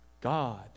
God